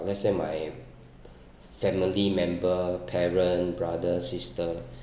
let's say my family member parent brother sister